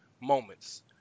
Moments